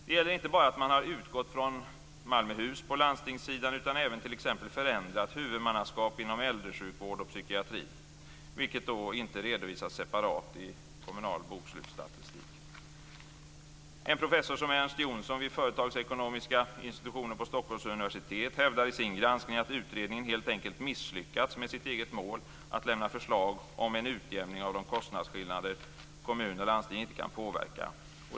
Det gäller inte bara att man har utgått från Malmöhus på landstingssidan utan även t.ex. En professor som Ernst Jonsson vid företagsekonomiska institutionen på Stockholms universitet hävdar i sin granskning att utredningen helt enkelt misslyckats med sitt eget mål att lämna förslag om en utjämning av de kostnadsskillnader kommuner och landsting inte kan påverka.